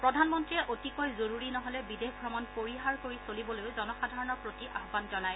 প্ৰধানমন্ত্ৰীয়ে অতিকৈ জৰুৰী নহ'লে বিদেশ ভ্ৰমণ পৰিহাৰ কৰি চলিবলৈও জনসাধাৰণৰ প্ৰতি আহান জনায়